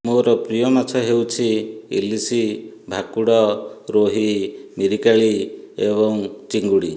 ମୋ'ର ପ୍ରିୟ ମାଛ ହେଉଚି ଇଲିସି ଭାକୁଡ ରୋହି ମିରିକାଳି ଏବଂ ଚିଙ୍ଗୁଡି